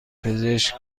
پزشک